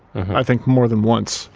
i think more than once,